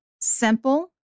simple